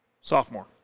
sophomore